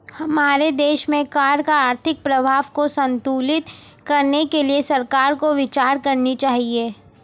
हमारे देश में कर का आर्थिक प्रभाव को संतुलित करने के लिए सरकार को विचार करनी चाहिए